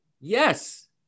yes